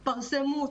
פרסמו.